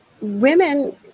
Women